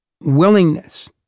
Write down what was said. Willingness